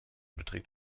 beträgt